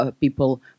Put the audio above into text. people